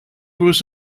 was